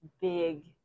big